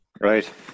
right